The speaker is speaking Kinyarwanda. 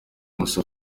moussa